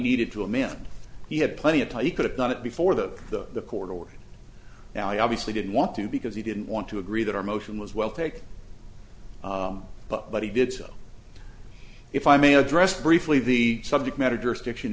needed to amend he had plenty of time he could have done it before the the court or now i obviously didn't want to because he didn't want to agree that our motion was well taken but he did so if i may address briefly the subject matter jurisdiction